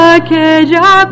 aquella